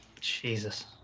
Jesus